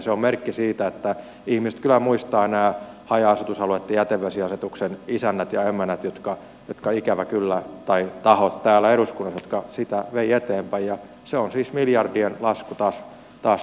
se on merkki siitä että ihmiset kyllä muistavat nämä haja asutusalueitten jätevesiasetuksen isännät ja emännät tai tahot täällä eduskunnassa jotka sitä veivät eteenpäin ja se on siis miljardien lasku taas maaseudulle